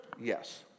yes